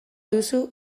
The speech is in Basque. duzu